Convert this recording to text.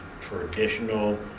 traditional